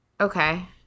Okay